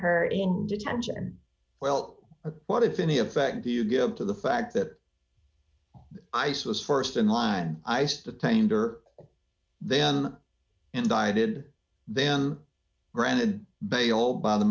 her in detention well what if any effect do you give to the fact that ice was st in line iced attainder then indicted then granted bail by the